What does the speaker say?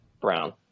Brown